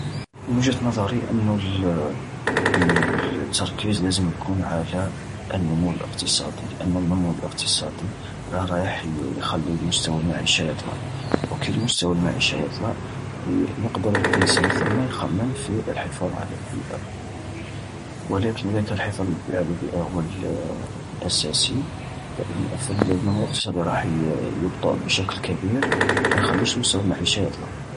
من وجهة نظري أنو انو التركيز لازم يكون على النمو الاقتصادي، لأنو النمو الاقتصادي راه رايح يخلي المستوى المعيشة يطلع، وكي المستوى المعيشة يطلع، ي-يقدر الانسان ثم يخمم في الحفاظ على البيئة. ولكن إذا كان الحفاظ ع-على البيئة هو الأساسي، فإن فالنمو الاقتصادي راح يبطأ بشكل كبير وما يخليش المستوى المعيشة يطلع.